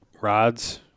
rods